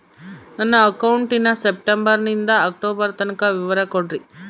ನನ್ನ ಅಕೌಂಟಿನ ಸೆಪ್ಟೆಂಬರನಿಂದ ಅಕ್ಟೋಬರ್ ತನಕ ವಿವರ ಕೊಡ್ರಿ?